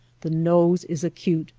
the nose is acute,